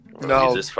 no